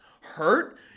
Hurt